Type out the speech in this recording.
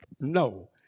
no